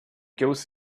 goes